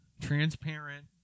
transparent